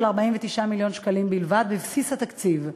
49 מיליון שקלים בלבד בבסיס התקציב.